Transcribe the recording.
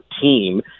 team